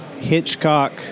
Hitchcock